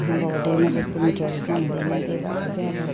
अब होटेलमा जस्तो मिठोहरू चाहिँ हुँदैन त्यही भएर चाहिँ अब